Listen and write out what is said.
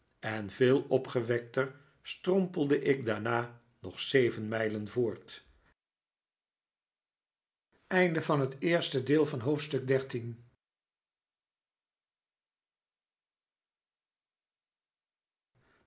en veel opgewekter strompelde ik daarna nog zeven mijlen voort